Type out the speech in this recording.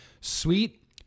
sweet